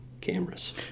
cameras